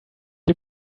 you